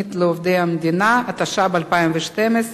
(תוכנית לעובדי המדינה), התשע"ב 2012,